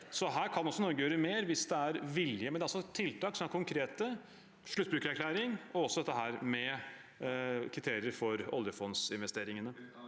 Her kan Norge gjøre mer hvis det er vilje, men det er tiltak som er konkrete, som sluttbrukererklæring og også kriterier for oljefondsinvesteringene.